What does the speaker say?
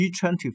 G20